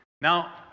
Now